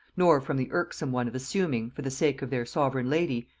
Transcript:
nor from the irksome one of assuming, for the sake of their sovereign lady,